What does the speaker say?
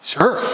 Sure